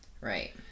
Right